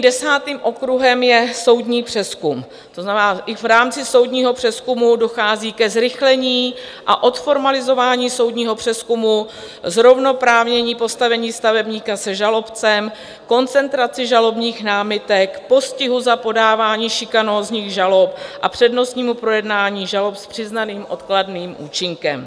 Desátým okruhem je soudní přezkum, to znamená i v rámci soudního přezkumu dochází ke zrychlení a odformalizování soudního přezkumu, zrovnoprávnění postavení stavebníka se žalobcem, koncentraci žalobních námitek, postihu za podávání šikanózních žalob a přednostnímu projednání žalob s přiznaným odkladným účinkem.